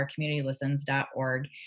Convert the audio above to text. ourcommunitylistens.org